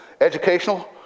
educational